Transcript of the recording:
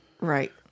right